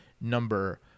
number